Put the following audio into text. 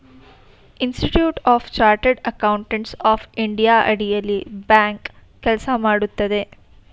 institute of chartered accountants of India ಅಡಿಯಲ್ಲಿ bank ಕೆಲಸ ಮಾಡುತ್ತದೆ